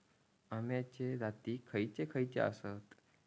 अम्याचे जाती खयचे खयचे आसत?